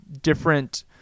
different